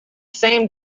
same